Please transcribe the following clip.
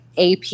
AP